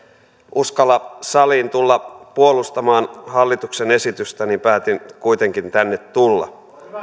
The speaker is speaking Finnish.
uskalla saliin tulla puolustamaan hallituksen esitystä niin päätin kuitenkin tänne tulla